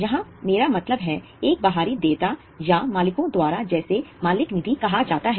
यहां मेरा मतलब है एक बाहरी देयता या मालिकों द्वारा जिसे मालिक निधि कहा जाता है